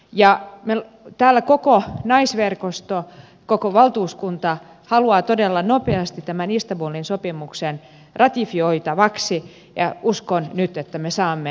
ja täällä koko naisverkosto koko valtuuskunta haluaa todella nopeasti tämän istanbulin sopimuksen ratifioitavaksi ja uskon nyt että me saamme sen